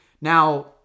Now